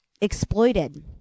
exploited